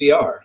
CR